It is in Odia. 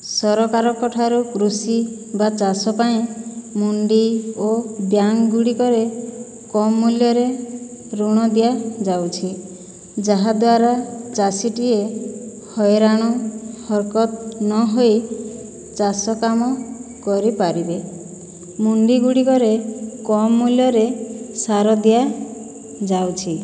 ସରକାରଙ୍କଠାରୁ କୃଷି ବା ଚାଷ ପାଇଁ ମଣ୍ଡି ଓ ବ୍ୟାଙ୍କ୍ଗୁଡ଼ିକରେ କମ୍ ମୂଲ୍ୟରେ ଋଣ ଦିଆଯାଉଛି ଯାହାଦ୍ଵାରା ଚାଷୀଟିଏ ହଇରାଣ ହରକତ ନହୋଇ ଚାଷ କାମ କରିପାରିବେ ମଣ୍ଡିଗୁଡ଼ିକରେ କମ୍ ମୂଲ୍ୟରେ ସାର ଦିଆଯାଉଛି